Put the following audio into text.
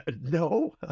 No